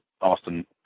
Austin